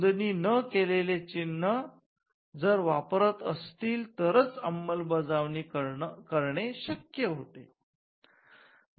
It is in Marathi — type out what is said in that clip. नोंदणी न केलेले चिन्ह जर वापरत असतील तरच अंमलबजावणी करणे शक्य होते